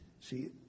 See